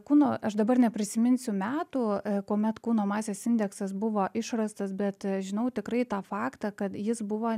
kūno aš dabar neprisiminsiu metų kuomet kūno masės indeksas buvo išrastas bet aš žinau tikrai tą faktą kad jis buvo